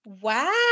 wow